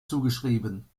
zugeschrieben